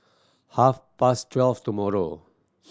half past twelve tomorrow